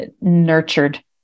nurtured